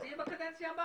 אז זה יהיה בקדנציה הבאה.